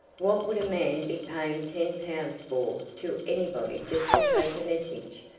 what would a man be paying ten pounds for to anybody just to take a message?